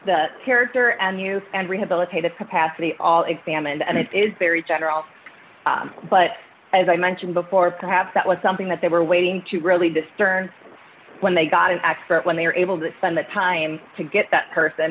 the character and you and rehabilitate a capacity all examined and it is very general but as i mentioned before perhaps that was something that they were waiting to really discern when they got an expert when they were able to spend the time to get that person